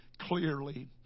clearly